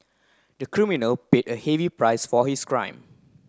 the criminal paid a heavy price for his crime